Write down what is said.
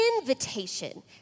invitation